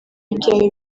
ibyawe